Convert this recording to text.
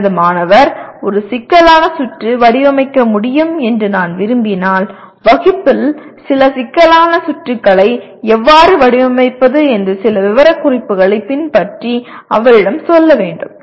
எனது மாணவர் ஒரு சிக்கலான சுற்று வடிவமைக்க முடியும் என்று நான் விரும்பினால் வகுப்பில் சில சிக்கலான சுற்றுகளை எவ்வாறு வடிவமைப்பது என்று சில விவரக் குறிப்புகளை பின்பற்றி அவரிடம் சொல்ல வேண்டும்